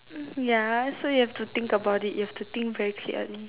ya so you have to think about it you have to think very clearly